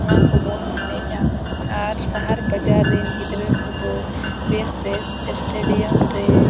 ᱚᱱᱟ ᱠᱚᱵᱚᱱ ᱮᱱᱮᱡ ᱟ ᱟᱨ ᱥᱟᱦᱟᱨ ᱵᱟᱡᱟᱨ ᱨᱮᱱ ᱜᱤᱫᱽᱨᱟᱹ ᱠᱚᱫᱚ ᱵᱮᱥ ᱵᱮᱥ ᱥᱴᱮᱰᱤᱭᱟᱢ ᱨᱮ